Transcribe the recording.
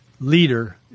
leader